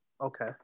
Okay